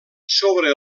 sobre